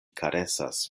karesas